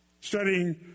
studying